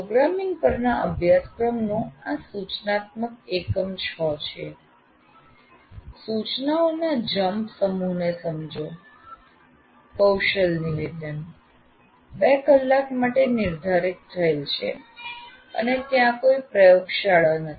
programming પરના અભ્યાસક્રમનું આ સૂચનાત્મક એકમ 6 છે સૂચનાઓના જમ્પ સમૂહને સમજો કૌશલ નિવેદન 2 કલાક માટે નિર્ધારિત થયેલ છે અને ત્યાં કોઈ પ્રયોગશાળા નથી